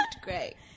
great